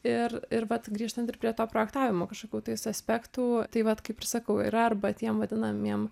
ir ir vat grįžtant prie to projektavimo kažkokių tais aspektų tai vat kaip sakau yra arba tiem vadinamiem